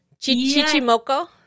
Chichimoco